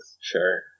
Sure